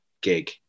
gig